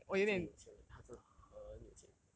ya 他真的有钱人他真的很有钱